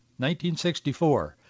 1964